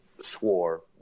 swore